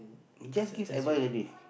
just give advice only